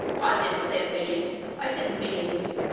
i didn't say a million i said millions!